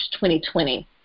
2020